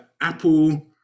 Apple